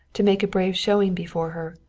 to make a brave showing before her,